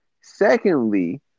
Secondly